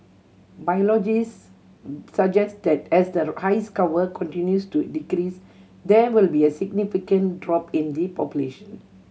biologists suggest that as the ice cover continues to decrease there will be a significant drop in the population